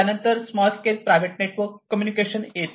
त्यानंतर small scale private network communication येते